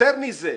יותר מזה.